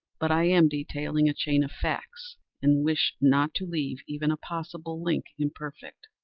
but i am detailing a chain of facts and wish not to leave even a possible link imperfect.